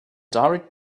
direct